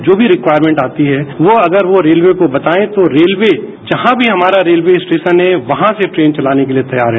जो भी रिक्यायरमेंट आती है वो अगर वो रेलवे को बताएं तो रेलवे जहां भी हमारा रेलवे स्टेशन है वहां से ट्रेन चलाने के लिए तैयार है